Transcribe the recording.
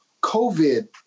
COVID